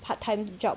part time job